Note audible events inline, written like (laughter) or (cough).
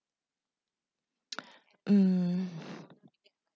(noise) mm